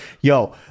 Yo